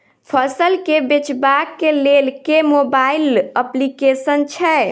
फसल केँ बेचबाक केँ लेल केँ मोबाइल अप्लिकेशन छैय?